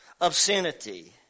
obscenity